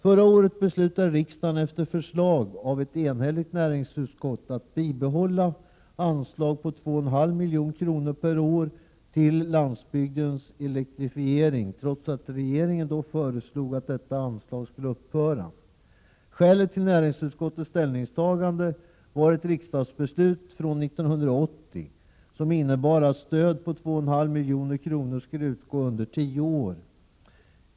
Förra året beslutade riksdagen efter förslag av ett enhälligt näringsutskott att bibehålla ett anslag på 2,5 milj.kr. per år till landsbygdens elektrifiering trots att regeringen då föreslog att detta anslag skulle upphöra. Skälet till näringsutskottets ställningstagande var ett riksdagsbeslut från 1980, som innebar att stöd på 2,5 milj.kr. skulle utgå under tio år.